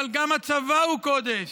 אבל גם הצבא הוא קודש.